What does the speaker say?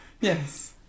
Yes